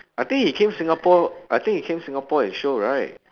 I think he came singapore I think he came singapore and show right